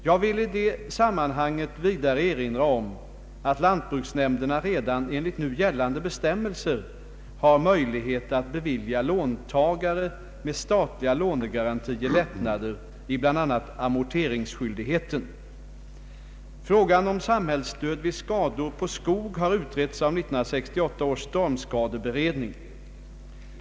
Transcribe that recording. Jag vill i detta sammanhang vidare erinra om att lantbruksnämnderna redan enligt nu gällande bestämmelser har möjlighet att bevilja låntagare med statliga lånegarantier lättnader i bl.a. amorteringsskyldigheten. Frågan om samhällsstöd vid skador på skog har utretts av 1968 års stormskadeberedning.